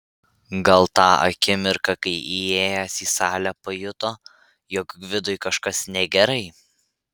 gal tą akimirką kai įėjęs į salę pajuto jog gvidui kažkas negerai